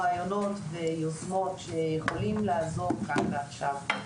רעיונות שיכולים לעזור כאן ועכשיו.